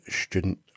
student